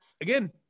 again